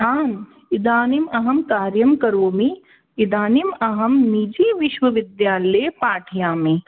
आम् इदानीं अहं कार्यं करोमि इदानीं अहं मिजि विश्वविद्यालये पाठयामि